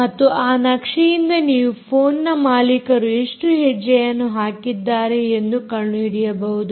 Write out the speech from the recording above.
ಮತ್ತು ಆ ನಕ್ಷೆಯಿಂದ ನೀವು ಫೋನ್ನ ಮಾಲೀಕರು ಎಷ್ಟು ಹೆಜ್ಜೆಯನ್ನು ಹಾಕಿದ್ದಾರೆ ಎಂದು ಕಂಡುಹಿಡಿಯಬಹುದು